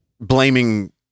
blaming